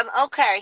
okay